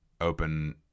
open